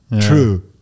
true